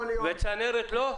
וצנרת לא?